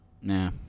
Nah